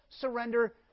surrender